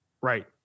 right